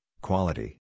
quality